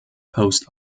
post